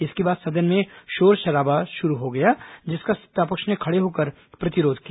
इसके बाद सदन में शोरशराबा शुरू हो गया जिसका सत्तापक्ष ने खड़े होकर प्रतिरोध किया